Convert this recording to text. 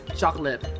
chocolate